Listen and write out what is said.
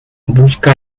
busca